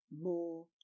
More